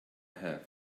have